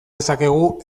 dezakegu